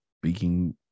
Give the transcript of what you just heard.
speaking